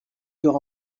dort